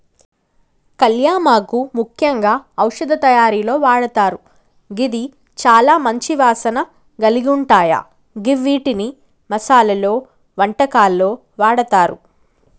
కళ్యామాకు ముఖ్యంగా ఔషధ తయారీలో వాడతారు గిది చాల మంచి వాసన కలిగుంటాయ గివ్విటిని మసాలలో, వంటకాల్లో వాడతారు